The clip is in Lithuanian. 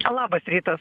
labas rytas